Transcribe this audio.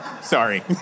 Sorry